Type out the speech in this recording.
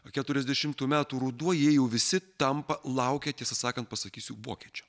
keturiasdešimtų metų ruduo jie jau visi tampa laukia tiesą sakant pasakysiu vokiečių